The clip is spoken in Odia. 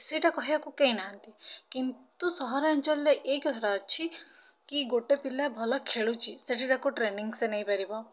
ସେଇଟା କହିବାକୁ କେହି ନାହାନ୍ତି କିନ୍ତୁ ସହରାଞ୍ଚଳରେ ଏଇ କଥାଟା ଅଛି କି ଗୋଟେ ପିଲା ଭଲ ଖେଳୁଛି ସେଠି ତାକୁ ଟ୍ରେନିଙ୍ଗ୍ ସେ ନେଇପାରିବ